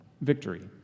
victory